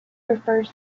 refers